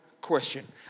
question